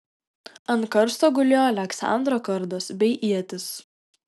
ant karsto gulėjo aleksandro kardas bei ietis